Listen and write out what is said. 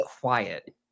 quiet